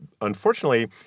unfortunately